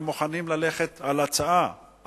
הם מוכנים ללכת על ההצעה,